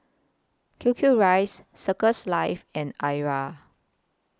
Q Q Rice Circles Life and Arai